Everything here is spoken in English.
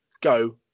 go